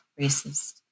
racist